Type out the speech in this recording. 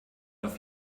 auf